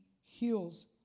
heals